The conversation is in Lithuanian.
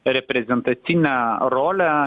reprezentacinę rolę